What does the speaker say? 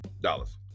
dollars